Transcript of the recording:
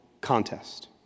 contest